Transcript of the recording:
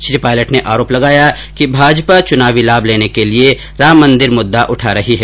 श्री पॉलयट ने आरोप लगाया कि भाजपा चुनावी लाभ लेने के लिए राम मंदिर मुद्दा उठा रही है